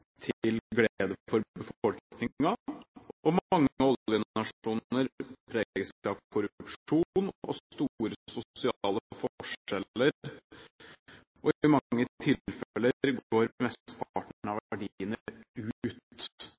til glede for befolkningen, og mange oljenasjoner preges av korrupsjon og store sosiale forskjeller. I mange tilfeller går mesteparten av verdiene ut